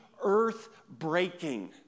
earth-breaking